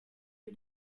two